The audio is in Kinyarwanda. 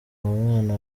umwana